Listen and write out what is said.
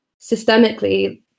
systemically